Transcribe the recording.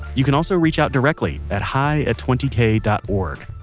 you can also reach out directly at hi at twenty kay dot org.